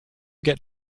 get